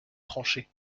tranché